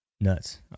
nuts